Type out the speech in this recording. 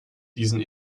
diesen